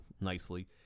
nicely